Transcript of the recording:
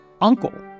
uncle